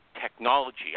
technology